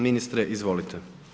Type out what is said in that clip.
Ministre izvolite.